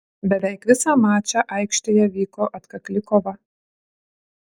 beveik visą mačą aikštėje vyko atkakli kova